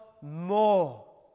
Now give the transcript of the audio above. more